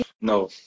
No